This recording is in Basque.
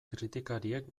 kritikariek